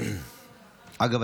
אגב,